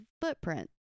footprint